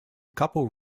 couple